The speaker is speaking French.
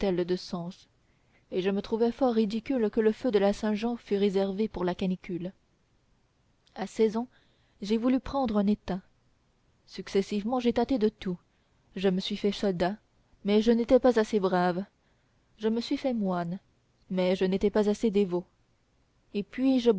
et je trouvais fort ridicule que le feu de la saint-jean fût réservé pour la canicule à seize ans j'ai voulu prendre un état successivement j'ai tâté de tout je me suis fait soldat mais je n'étais pas assez brave je me suis fait moine mais je n'étais pas assez dévot et puis je